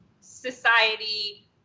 society